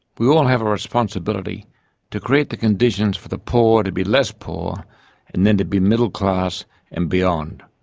we all have a responsibility to create the conditions for the poor to be less poor and then to be middle class and beyond.